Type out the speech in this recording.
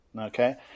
okay